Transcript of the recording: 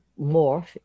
morph